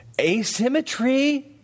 asymmetry